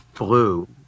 Blue